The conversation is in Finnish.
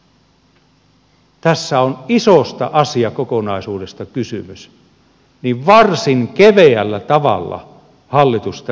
kun tässä on isosta asiakokonaisuudesta kysymys niin varsin keveällä tavalla hallitus tämän on ottanut